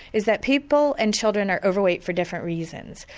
is that people and children are overweight for different reasons.